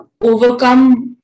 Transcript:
overcome